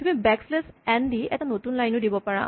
তুমি back slash n দি এটা নতুন লাইন ও দিব পাৰা